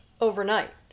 overnight